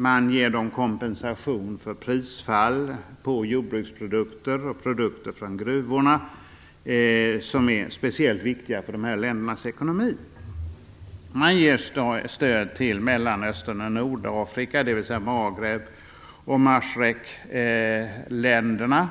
Man ger dem kompensation för prisfall på jordbruksprodukter och produkter från gruvorna, som är speciellt viktiga för de här ländernas ekonomi. Man ger stöd till Mellanöstern och Nordafrika, dvs. Maghreb och Mashreq-länderna,